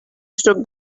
suc